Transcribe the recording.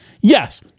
Yes